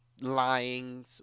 lying